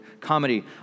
comedy